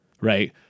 right